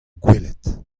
gwelet